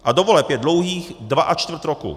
A do voleb je dlouhých dva a čtvrt roku.